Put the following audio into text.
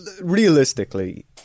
realistically